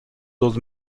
dos